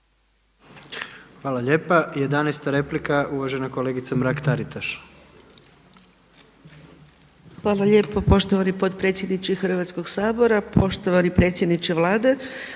Hvala lijepa. 11. replika uvažena kolegica Mrak TAritaš. **Mrak-Taritaš, Anka (HNS)** Hvala lijepo poštovani potpredsjedniče Hrvatskog sabora. Poštovani predsjedniče Vlade.